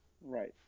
Right